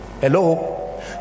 hello